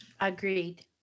Agreed